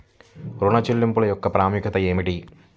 ఋణ చెల్లింపుల యొక్క ప్రాముఖ్యత ఏమిటీ?